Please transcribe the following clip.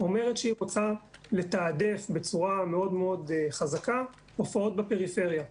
אומרים שהם היו רוצים לתעדף בצורה מאוד מאוד חזקה הופעות בפריפריה,